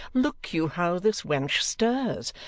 look you how this wench stirs!